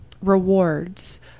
rewards